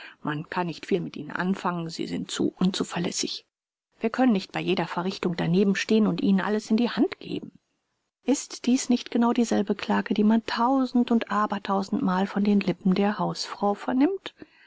man kann nicht viel mit ihnen anfangen sie sind zu unzuverlässig wir können nicht bei jeder verrichtung daneben stehen und ihnen alles in die hand geben ist dies nicht genau dieselbe klage die man tausend und aber tausendmal von den lippen der hausfrau vernimmt